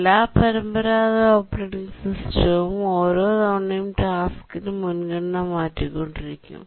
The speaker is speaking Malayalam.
എല്ലാ പരമ്പരാഗത ഓപ്പറേറ്റിംഗ് സിസ്റ്റവും ഓരോ തവണയും ടാസ്ക്കിന്റെ മുൻഗണന മാറ്റിക്കൊണ്ടിരിക്കും